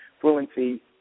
fluency